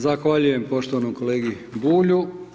Zahvaljujem poštovanom kolegi Bulju.